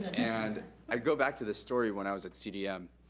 and i go back to this story when i was at cdm.